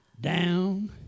Down